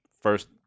first